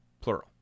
plural